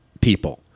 people